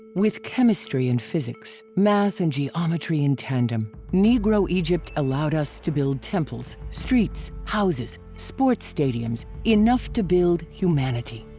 with chemistry and physics, math and geometry in tandem, negro egypt allowed us to build temples, streets, houses, sports stadiums, enough to build humanity.